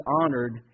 honored